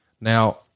Now